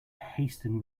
hasten